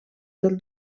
del